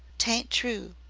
t ain't true.